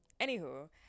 anywho